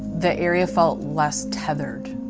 the area felt less i itethered